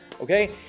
Okay